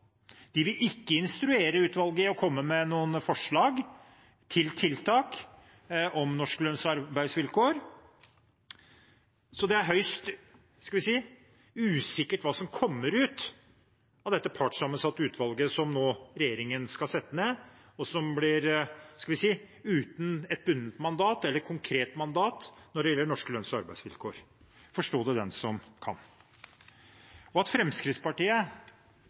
de vil ikke instruere utvalget om å komme med noen forslag til tiltak om norske lønns- og arbeidsvilkår. Så det er høyst usikkert hva som kommer ut av dette partssammensatte utvalget som regjeringen nå skal sette ned, og som blir uten et bundet eller konkret mandat når det gjelder norske lønns- og arbeidsvilkår. Forstå det, den som kan. At Fremskrittspartiet